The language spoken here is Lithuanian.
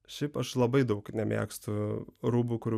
šiaip aš labai daug nemėgstu rūbų kur